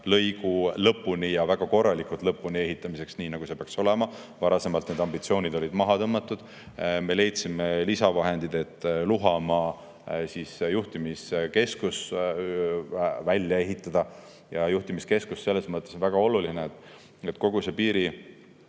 lõigu lõpuni, ja väga korralikult lõpuni ehitamiseks, nii nagu see peaks olema. Varasemalt olid need ambitsioonid maha tõmmatud. Me leidsime lisavahendid, et Luhamaa juhtimiskeskus välja ehitada. Juhtimiskeskus on selles mõttes väga oluline, et kogu piiri